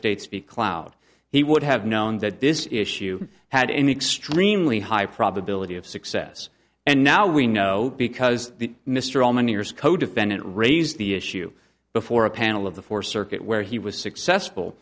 states speak loud he would have known that this issue had an extremely high probability of success and now we know because the mr all many years codefendant raised the issue before a panel of the four circuit where he was successful